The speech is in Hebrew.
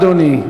אדוני.